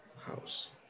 house